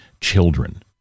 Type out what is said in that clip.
children